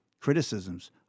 criticisms